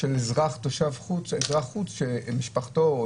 אזרח חוץ שמשפחתו או